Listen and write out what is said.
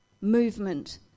movement